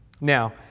Now